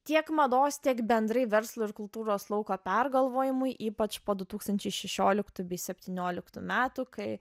tiek mados tiek bendrai verslo ir kultūros lauko pergalvojimui ypač po du tūkstančiai šešioliktų bei septynioliktų metų kai